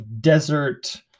desert